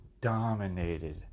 dominated